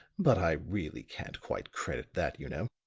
but i really can't quite credit that, you know.